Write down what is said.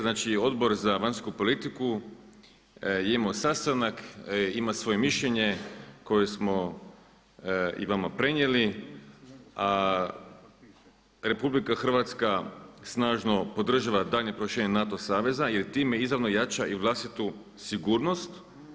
Znači Odbor za vanjsku politiku je imao sastanak, ima svoje mišljenje koje smo i vama prenijeli, a RH snažno podržava daljnje proširenje NATO saveza jer time izravno jača i vlastitu sigurnost.